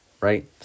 right